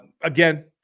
again